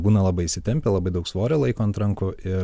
būna labai įsitempę labai daug svorio laiko ant rankų ir